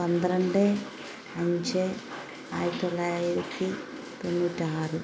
പന്ത്രണ്ട് അഞ്ച് ആയിരത്തിത്തൊള്ളായിരത്തി തൊണ്ണൂറ്റാറ്